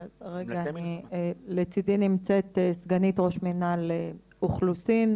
אז כרגע לצידי נמצאת סגנית ראש מינהל אוכלוסין,